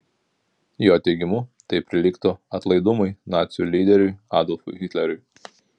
jo teigimu tai prilygtų atlaidumui nacių lyderiui adolfui hitleriui